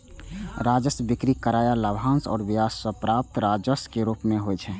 राजस्व बिक्री, किराया, लाभांश आ ब्याज सं प्राप्त राजस्व के रूप मे होइ छै